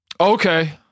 Okay